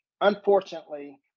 unfortunately